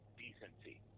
decency